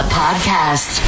podcast